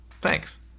Thanks